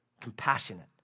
compassionate